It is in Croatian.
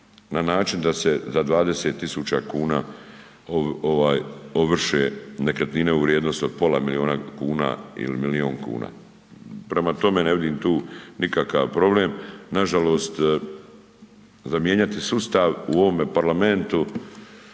na način da se za 20.000 kuna ovaj ovrše nekretnine u vrijednosti od pola miliona kuna ili milion kuna. Prema tome, ne vidim tu nikakav problem, nažalost za mijenjati sustav u ovome parlamentu,